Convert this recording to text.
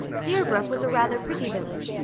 deerbrook was a rather pretty village,